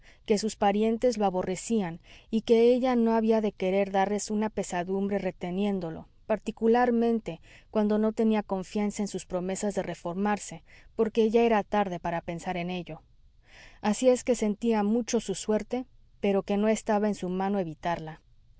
que sus parientes lo aborrecían y que ella no había de querer darles una pesadumbre reteniéndolo particularmente cuando no tenía confianza en sus promesas de reformarse porque ya era tarde para pensar en ello así es que sentía mucho su suerte pero que no estaba en su mano evitarla